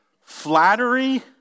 flattery